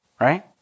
right